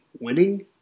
winning